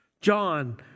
John